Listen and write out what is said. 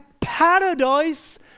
paradise